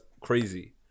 crazy